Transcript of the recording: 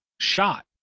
shot